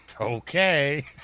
Okay